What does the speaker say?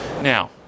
Now